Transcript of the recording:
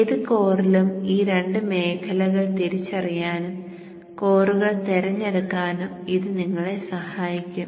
ഏത് കോറിലും ഈ രണ്ട് മേഖലകൾ തിരിച്ചറിയാനും കോറുകൾ തിരഞ്ഞെടുക്കാനും ഇത് നിങ്ങളെ സഹായിക്കും